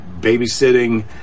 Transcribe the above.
babysitting